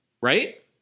Right